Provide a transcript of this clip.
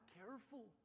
careful